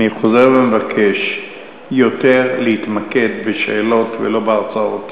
אני חוזר ומבקש להתמקד יותר בשאלות ולא בהרצאות.